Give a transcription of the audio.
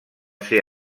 ser